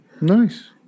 nice